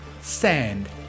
Sand